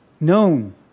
known